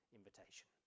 invitation